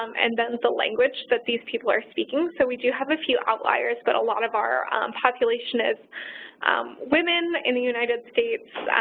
um and then the language that these people are speaking. so we do have a few outliers, but a lot of our population is women in the united states,